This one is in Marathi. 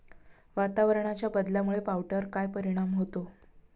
वातावरणाच्या बदलामुळे पावट्यावर काय परिणाम होतो?